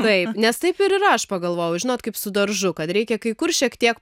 taip nes taip ir yra aš pagalvojau žinot kaip su daržu kad reikia kai kur šiek tiek